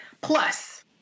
plus